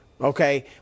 Okay